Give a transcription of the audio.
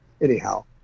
anyhow